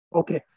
okay